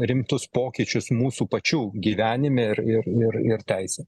rimtus pokyčius mūsų pačių gyvenime ir ir ir ir teisėj